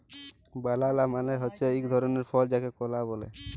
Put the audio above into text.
বালালা মালে হছে ইক ধরলের ফল যাকে কলা ব্যলে